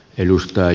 edus tai